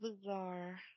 bizarre